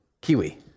Kiwi